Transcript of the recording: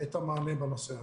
את המענה בנושא הזה.